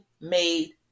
made